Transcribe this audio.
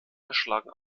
erschlagen